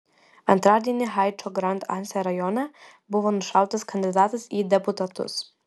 antradienį haičio grand anse rajone buvo nušautas kandidatas į deputatus